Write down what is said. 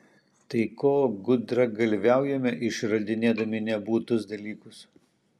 tai ko gudragalviaujame išradinėdami nebūtus dalykus